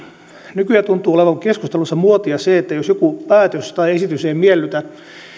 nykyään tuntuu olevan keskusteluissa muotia että jos joku päätös tai esitys ei miellytä